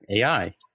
AI